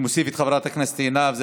אני מוסיף את חברת הכנסת עינב,